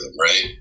right